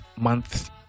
month